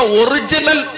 original